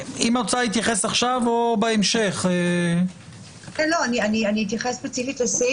אלה בעיני מקומם בדיון בנושא של המשאב ולכן לא אכנס לזה כאן.